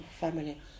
family